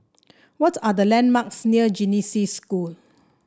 what are the landmarks near Genesis School